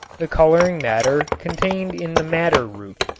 the coloring matter contained in the madder root.